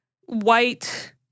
white